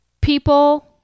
people